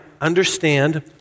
understand